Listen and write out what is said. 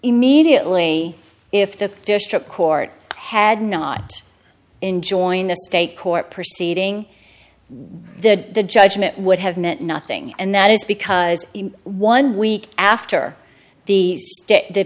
immediately if the district court had not enjoying the state court proceeding the judgment would have meant nothing and that is because one week after the